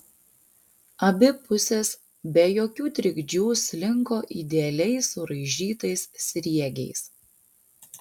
abi pusės be jokių trikdžių slinko idealiai suraižytais sriegiais